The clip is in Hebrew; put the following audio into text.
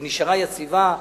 היא נשארה יציבה.